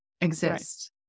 exist